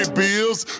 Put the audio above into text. bills